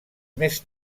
més